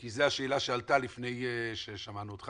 כי זו השאלה שעלתה לפני ששמענו אותך.